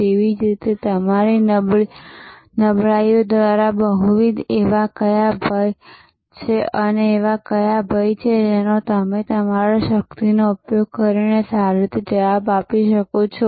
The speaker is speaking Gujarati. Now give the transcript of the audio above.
તેવી જ રીતે તમારી નબળાઈઓ દ્વારા બહુવિધ એવા કયા ભય છે અને એવા કયા ભય છે જેનો તમે તમારી શક્તિનો ઉપયોગ કરીને સારી રીતે જવાબ આપી શકો છો